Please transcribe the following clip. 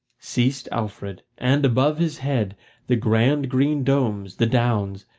ceased alfred and above his head the grand green domes, the downs,